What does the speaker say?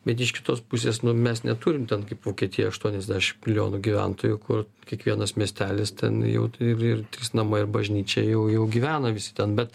bet iš kitos pusės nu mes neturim ten kaip vokietija aštuoniasdešim milijonų gyventojų kur kiekvienas miestelis ten jau ir ir namai ir bažnyčia jau jau gyvena visi ten bet